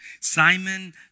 Simon